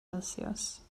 celsius